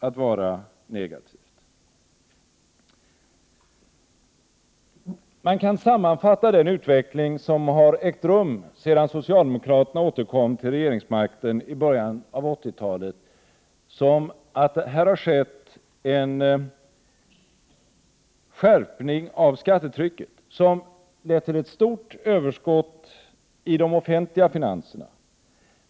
Man kan sammanfattningsvis säga att den utveckling som ägt rum sedan socialdemokraterna återkom till regeringsmakten i början av 80-talet har inneburit en skärpning av skattetrycket, vilket lett till ett stort överskott i de offentliga finanserna.